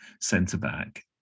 centre-back